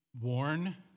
Warn